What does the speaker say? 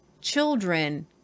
children